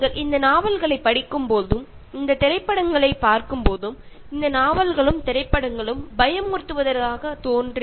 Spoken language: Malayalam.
നിങ്ങൾ ഈ നോവൽ വായിക്കുമ്പോഴോ അല്ലെങ്കിൽ മുകളിൽ പറഞ്ഞ സിനിമകൾ കാണുമ്പോഴോ ഇതൊക്കെ വളരെ പേടിപ്പെടുത്തുന്നതായി തോന്നാം